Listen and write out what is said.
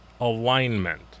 alignment